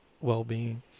well-being